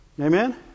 Amen